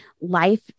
life